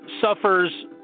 suffers